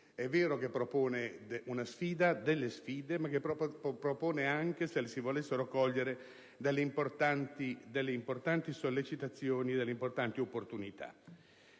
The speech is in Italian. è vero che propone delle sfide, ma che propone anche, se le si volessero cogliere, importanti sollecitazioni e importanti opportunità.